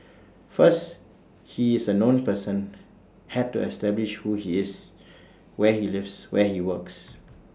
first he is A known person had to establish who he is where he lives where he works